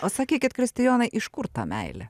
o sakykit kristijonai iš kur ta meilė